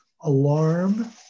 alarm